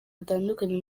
batandukanye